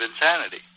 insanity